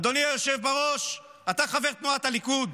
אדוני היושב בראש, אתה חבר תנועת הליכוד.